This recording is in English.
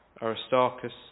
Aristarchus